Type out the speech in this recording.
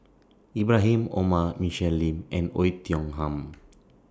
Ibrahim Omar Michelle Lim and Oei Tiong Ham